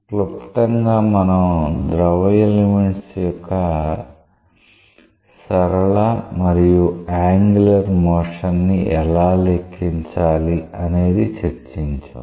క్లుప్తంగా మనం ద్రవ ఎలిమెంట్స్ యొక్క సరళ మరియు యాంగులర్ మోషన్ ని ఎలా లెక్కించాలి అనేది చర్చించాం